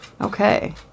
Okay